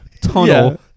tunnel